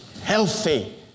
healthy